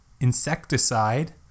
insecticide